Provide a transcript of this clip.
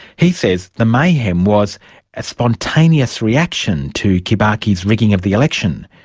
he says the mayhem was a spontaneous reaction to kibaki's rigging of the election.